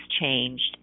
changed